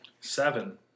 seven